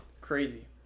Crazy